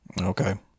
Okay